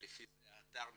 ולפי זה האתר משתנה,